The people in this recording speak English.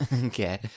Okay